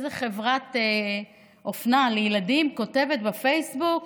איזו חברת אופנה לילדים כותבת בפייסבוק: